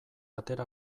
atera